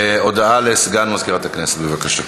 הודעה לסגן מזכירת הכנסת, בבקשה.